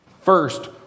First